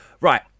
right